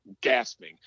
gasping